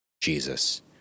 Jesus